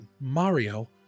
Mario